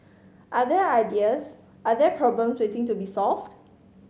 are there ideas are there problem waiting to be solved